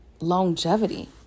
longevity